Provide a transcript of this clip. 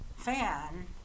fan